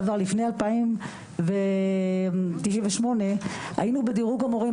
לפני שנת 98' היינו בדירוג המורים.